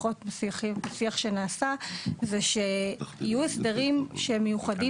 לפחות לפי איך שנעשה שיהיו הסדרים מיוחדים,